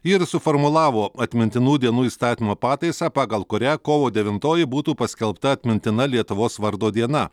ji ir suformulavo atmintinų dienų įstatymo pataisą pagal kurią kovo devintoji būtų paskelbta atmintina lietuvos vardo diena